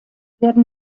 werden